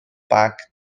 bag